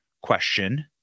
question